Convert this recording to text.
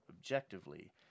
objectively –